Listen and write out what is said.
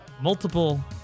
Multiple